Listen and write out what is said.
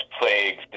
Plagues